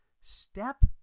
Step